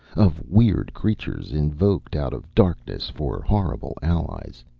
of weird creatures invoked out of darkness for horrible allies.